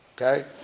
Okay